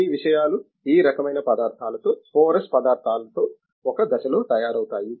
ఈ విషయాలు ఈ రకమైన పదార్థాలతో పోరస్ పదార్థాలతో ఒకే దశలో తయారవుతాయి